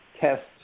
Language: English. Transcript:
tests